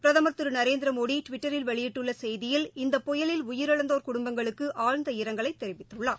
பிரதமர் திரு நரேந்திரமோடி டுவிட்டரில் வெளியிட்டுள்ள செய்தியில் இந்த புயலில் உயிரிழந்தோர் குடும்பங்களுக்கு ஆழ்ந்த இரங்கலை தெரிவித்துள்ளார்